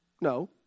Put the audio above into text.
No